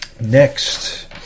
Next